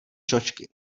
čočky